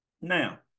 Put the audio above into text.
Now